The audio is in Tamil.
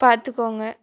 பார்த்துக்கோங்க